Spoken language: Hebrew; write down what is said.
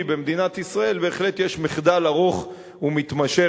במדינת ישראל בהחלט יש מחדל ארוך ומתמשך,